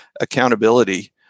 accountability